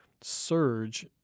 surge